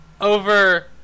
over